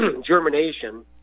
germination